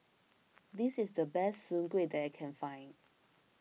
this is the best Soon Kueh that I can find